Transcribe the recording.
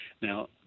Now